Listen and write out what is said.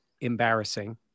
embarrassing